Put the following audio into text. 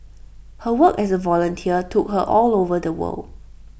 her work as A volunteer took her all over the world